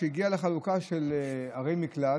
כשזה הגיע לחלוקה של ערי מקלט,